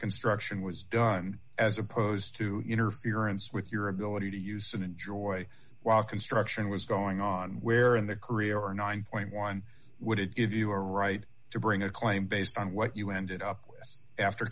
construction was done as opposed to interference with your ability to use and enjoy while construction was going on where in the career were nine point one would it give you a right to bring a claim based on what you ended up after